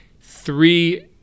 Three